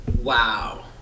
Wow